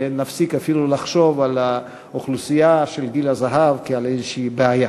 ונפסיק אפילו לחשוב על האוכלוסייה של גיל הזהב כעל איזושהי בעיה.